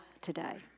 today